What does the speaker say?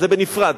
זה בנפרד.